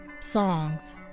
songs